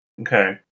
Okay